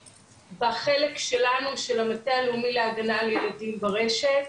בחלק שלנו של המטה הלאומי להגנה על ילדים ברשת,